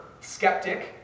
skeptic